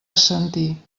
assentir